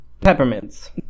Peppermints